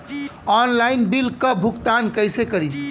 Online bill क भुगतान कईसे करी?